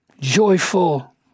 joyful